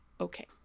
Okay